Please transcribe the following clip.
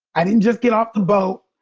i didn't just get off the boat.